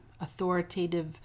authoritative